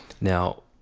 now